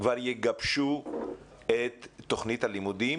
כבר יגבשו את תכנית הלימודים,